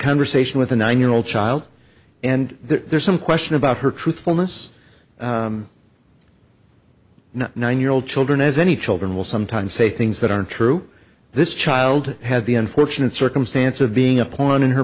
conversation with a nine year old child and there's some question about her truthfulness nine year old children as any children will sometimes say things that aren't true this child had the unfortunate circumstance of being a pawn in her